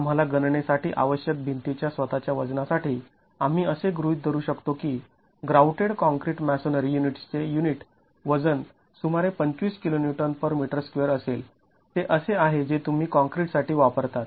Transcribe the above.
आम्हाला गणनेसाठी आवश्यक भिंती च्या स्वतःच्या वजनासाठी आम्ही असे गृहीत धरू शकतो की ग्राउटेड काँक्रीट मॅसोनरी युनिट्स् चे युनिट वजन सुमारे २५ kNm2 असेल ते असे आहे जे तुम्ही काँक्रीट साठी वापरतात